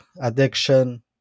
addiction